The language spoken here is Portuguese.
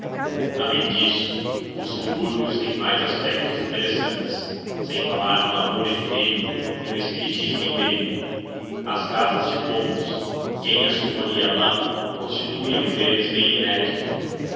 além disto os subúrbios têm mais aspectos interessantes sem falar no namoro epidêmico e no espiritismo endêmico as casas de cômodos quem as suporia lá constituem um deles bem inédito